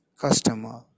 customer